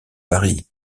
varient